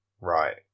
Right